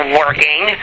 working